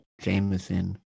Jameson